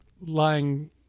lying